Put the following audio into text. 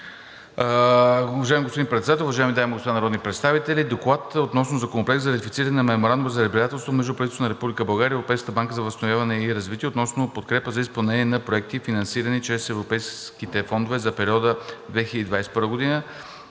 Уважаеми господин Председател, уважаеми дами и господа народни представители! „ДОКЛАД относно Законопроект за ратифициране на Меморандума за разбирателство между правителството на Република България и Европейската банка за възстановяване и развитие относно подкрепа за изпълнение на проекти, финансирани чрез Европейските фондове за периода 2021 –